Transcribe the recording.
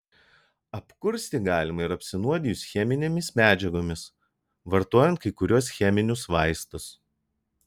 apkursti galima ir apsinuodijus cheminėmis medžiagomis vartojant kai kuriuos cheminius vaistus